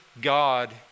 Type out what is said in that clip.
God